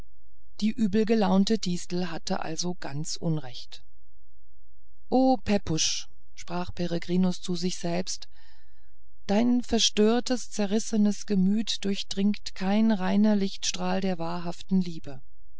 die übelgelaunte distel hatte also ganz unrecht o pepusch sprach peregrinus zu sich selbst dein verstörtes zerrissenes gemüt durchdringt kein reiner lichtstrahl der wahrhaften liebe